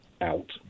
out